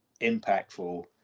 impactful